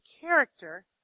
character